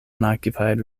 unoccupied